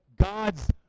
God's